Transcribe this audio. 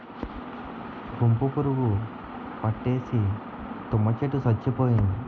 గుంపు పురుగు పట్టేసి తుమ్మ చెట్టు సచ్చిపోయింది